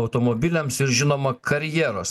automobiliams ir žinoma karjeros